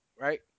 right